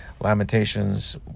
Lamentations